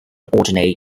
alternate